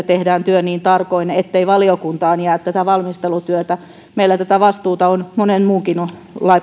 tehdään työ niin tarkoin ettei valiokuntaan jää tätä valmistelutyötä meillä tätä vastuuta on monen muunkin